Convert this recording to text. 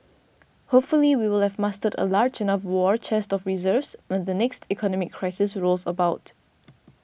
hopefully we will have mustered a large enough war chest of reserves when the next economic crisis rolls about